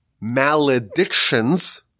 maledictions